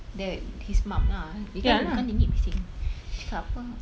that his mum lah kan nenek bising cakap apa